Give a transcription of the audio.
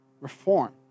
Reform